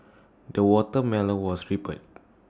the watermelon was ripened